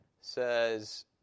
says